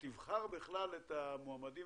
שתבחר את המועמדים.